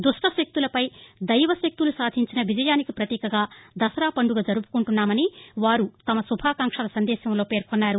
దుష్ట శక్తుల పై దైవ శక్తులు సాధించిన విజయానికి ప్రతీకగా దసరా పండుగ జరుపుకుంటున్నామని వారు తమ శుభాకాంక్ష సందేశాల్లో పేర్కొన్నారు